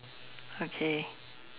okay